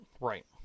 Right